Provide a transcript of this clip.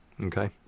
Okay